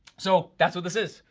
so that's what this is,